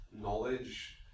knowledge